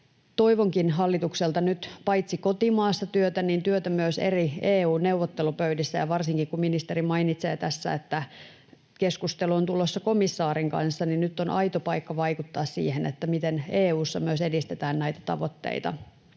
Toivonkin hallitukselta nyt työtä paitsi kotimaassa myös eri EU-neuvottelupöydissä. Ja varsinkin, kun ministeri mainitsee tässä, että keskustelu on tulossa komissaarin kanssa, niin nyt on aito paikka vaikuttaa siihen, miten EU:ssa myös edistetään näitä tavoitteita.